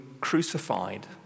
crucified